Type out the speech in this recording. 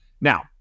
now